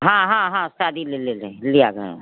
हाँ हाँ हाँ शादी में ले लेंगे लेयावें